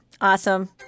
awesome